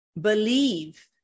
believe